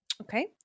Okay